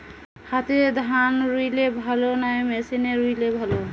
হাতে ধান রুইলে ভালো না মেশিনে রুইলে ভালো?